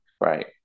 Right